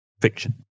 fiction